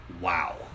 Wow